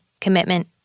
commitment